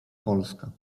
polska